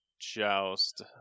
joust